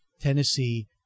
Tennessee